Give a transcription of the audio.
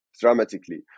dramatically